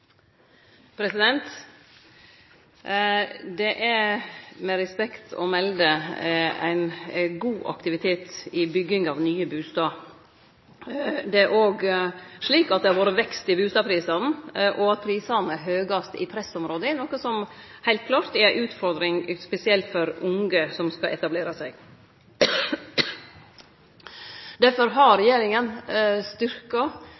Det er, med respekt å melde, ein god aktivitet i bygginga av nye bustader. Det er òg slik at det har vore vekst i bustadprisane. At prisane er høgast i pressområda, er noko som heilt klart er ei utfordring, spesielt for unge som skal etablere seg. Derfor har